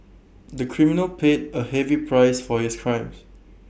the criminal paid A heavy price for his crimes